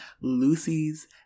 Lucy's